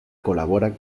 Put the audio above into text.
colabora